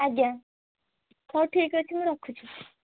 ଆଜ୍ଞା ହଉ ଠିକ୍ ଅଛି ମୁଁ ରଖୁଛି